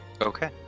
Okay